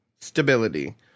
stability